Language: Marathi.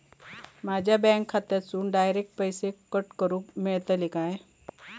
माझ्या बँक खात्यासून डायरेक्ट पैसे कट करूक मेलतले काय?